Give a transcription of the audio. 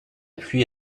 pluie